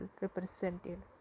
represented